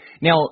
Now